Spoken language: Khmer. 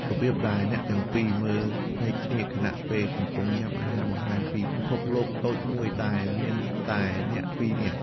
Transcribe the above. របៀបដែលអ្នកទាំងពីរមើលភ្នែកគ្នាខណៈពេលកំពុងញ៉ាំអាហារ បង្ហាញពីពិភពលោកតូចមួយដែលមានតែអ្នកពីរនាក់។